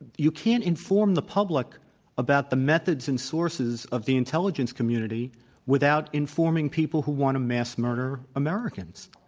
you can't inform the public about the methods and sources of the intelligence community without informing people who want to mass murder americans.